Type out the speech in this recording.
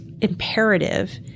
imperative